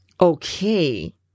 Okay